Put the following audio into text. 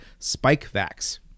SpikeVax